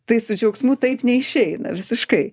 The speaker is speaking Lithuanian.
tai su džiaugsmu taip neišeina visiškai